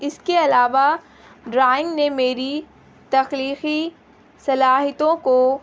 اس کے علاوہ ڈرائنگ نے میری تخلیقی صلاحیتوں کو